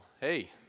hey